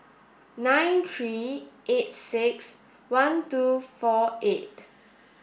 nine three eight six one two four eight